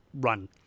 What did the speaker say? run